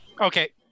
Okay